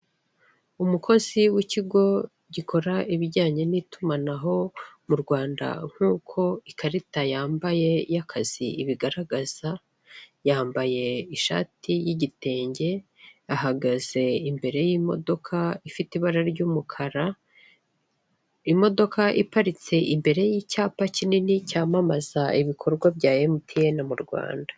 Umukozi w'ikigo gikora ibijyanye n'itumanaho mu Rwanda nk'uko ikarita yambaye y'akazi ibigaragaza, yambaye ishati y'igitenge, ahagaze imbere y'imodoka ifite ibara ry'umukara. Imodoka iparitse imbere y'icyapa kinini cyamamaza ibikorwa bya MTN mu Rwanda.